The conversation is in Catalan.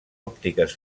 òptiques